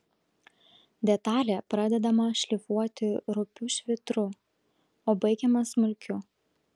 detalė pradedama šlifuoti rupiu švitru o baigiama smulkiu